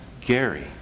Gary